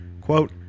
Quote